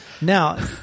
Now